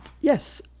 Yes